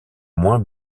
moins